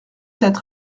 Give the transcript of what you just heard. sept